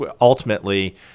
ultimately